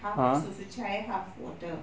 half susu cair half water